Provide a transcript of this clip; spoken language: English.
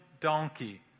donkey